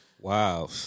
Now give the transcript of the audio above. Wow